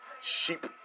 sheep